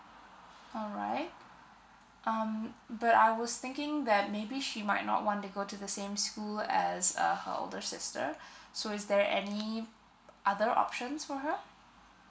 alright um but I was thinking that maybe she might not want to go to the same school as uh her older sister so is there any other options for her